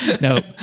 No